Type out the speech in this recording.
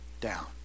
down